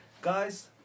Guys